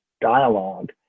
dialogue